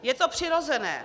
Je to přirozené.